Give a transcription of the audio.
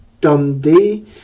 Dundee